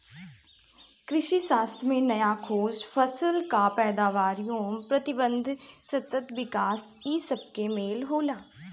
कृषिशास्त्र में नया खोज, फसल कअ पैदावार एवं प्रबंधन, सतत विकास इ सबके मेल होला